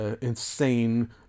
insane